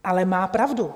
Ale má pravdu.